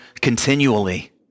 continually